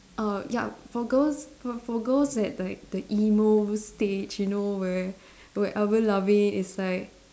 err yup for girls for for girls that like the emo stage you know where where Avril Lavigne is like